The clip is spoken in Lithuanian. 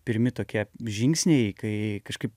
pirmi tokie žingsniai kai kažkaip